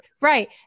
right